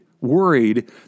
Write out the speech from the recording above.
worried